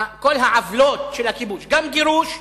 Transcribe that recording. כל העוולות של הכיבוש, גם גירוש,